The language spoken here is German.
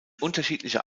unterschiedliche